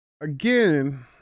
again